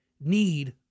need